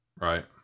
Right